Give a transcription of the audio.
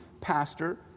pastor